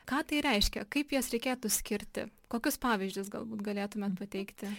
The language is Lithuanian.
ką tai reiškia kaip jas reikėtų skirti kokius pavyzdžius galbūt galėtumėt pateikti